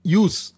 use